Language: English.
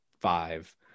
five